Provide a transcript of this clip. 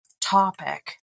topic